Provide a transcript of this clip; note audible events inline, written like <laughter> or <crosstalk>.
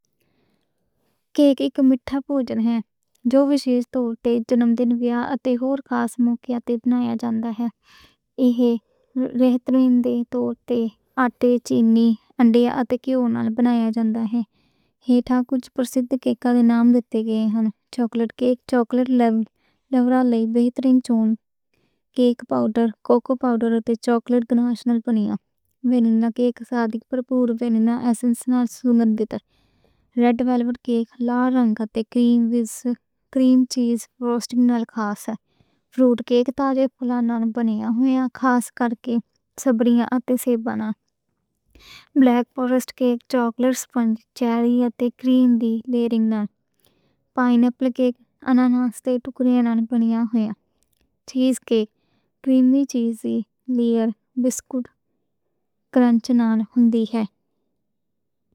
کیک اک میٹھا بوجن ہے جو وِشیش تے جنم دن، ویاہ تے ہور خاص موقعے تے بنایا جاندا ہے۔ ایہ وکھ وکھ قسمّاں دے آٹے تے چینی نال بنایا جاندا ہے۔ ہُن تاں کُجھ قسمّاں دے کیک دا ناں دِتے گے۔ چاکلیٹ کیک، چاکلیٹ لیئر والا بہتر، تے کوکو پاؤڈر۔ تے چاکلیٹ گنَاش نال، وینِلا کیک اصلّی پُورا وینِلا۔ ایسنس اَور سُگندھِت <hesitation> ریڈ ویلویٹ لال رنگا تے کریم وِچ کریم چیز فراسٹنگ نال خاص ہے۔ فروٹ کیک تاں پھلاں نال بنایا ہویا، خاص کرکے آٹے نال بنایا۔ <hesitation> Black forest cake chocolate sponge اتے کریم دیاں لیئرنگ نال خاص ہے۔ پائن ایپل کیک انناس دے ٹکڑے نال بنایا ہویا۔ چیز کیک کریمی چیز لیئر بِسکِٹ کرنچ نال ہوندی ہے۔